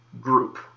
group